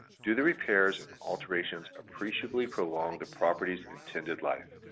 do the repairs and alterations appreciably prolong the property's intended life?